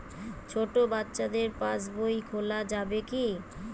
ছোট বাচ্চাদের পাশবই খোলা যাবে কি?